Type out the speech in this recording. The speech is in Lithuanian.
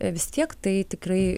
vis tiek tai tikrai